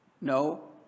No